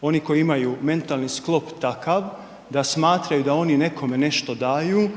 Oni koji imaju mentalni sklop takav da smatraju da oni nekome nešto daju